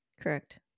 Correct